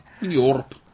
Europe